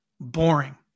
Boring